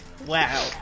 wow